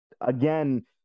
again